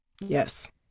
Yes